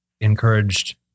encouraged